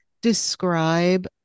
describe